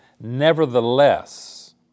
nevertheless